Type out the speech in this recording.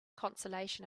consolation